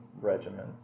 regimen